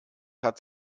hat